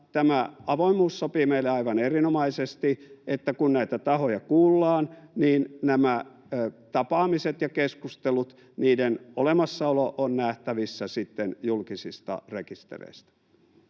tämä avoimuus sopii meille aivan erinomaisesti, että kun näitä tahoja kuullaan, näiden tapaamisten ja keskustelujen olemassaolo on nähtävissä sitten julkisista rekistereistä.